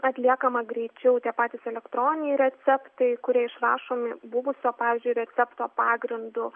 atliekama greičiau tie patys elektroniniai receptai kurie išrašomi buvusio pavyzdžiui recepto pagrindu